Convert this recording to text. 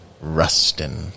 Rustin